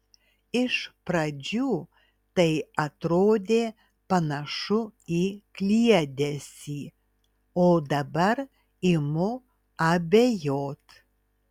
iš pradžių tai atrodė panašu į kliedesį o dabar imu abejot